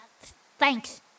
thanks